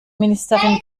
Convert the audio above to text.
ministerin